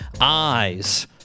Eyes